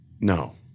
No